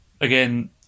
again